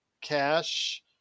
cash